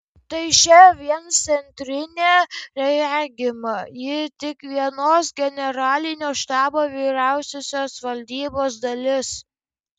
tai čia vien centrinė regima ji tik vienos generalinio štabo vyriausiosios valdybos dalis